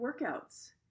workouts